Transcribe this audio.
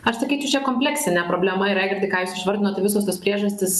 aš sakyčiau čia kompleksinė problema raigardai ką jūs išvardinot visos tos priežastys